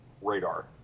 radar